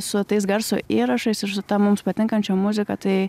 su tais garso įrašais ir su ta mums patinkančia muzika tai